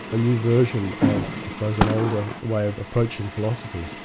a new version of i suppose an older way of approaching philosophy.